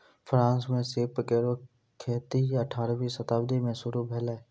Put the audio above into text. France म सीप केरो खेती अठारहवीं शताब्दी में शुरू भेलै